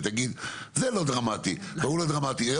ותגיד זה לא דרמטי והוא לא דרמטי.